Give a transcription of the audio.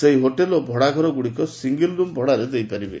ସେହି ହୋଟେଲ ଓ ଭଡ଼ା ଘରଗୁଡ଼ିକ ସିଙ୍ଗଲ ରୁମ୍ ଭଡ଼ାରେ ଦେଇପାରିବେ